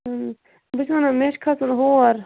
بہٕ چھَس وَنان مےٚ چھُ کھَسُن ہور